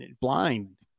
blind